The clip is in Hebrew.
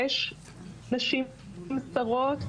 שש נשים שרות,